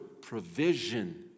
provision